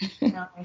Nice